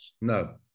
no